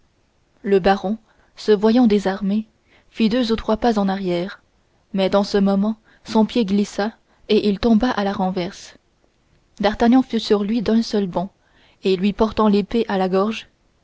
le baron se voyant désarmé fit deux ou trois pas en arrière mais dans ce mouvement son pied glissa et il tomba à la renverse d'artagnan fut sur lui d'un seul bond et lui portant l'épée à la gorge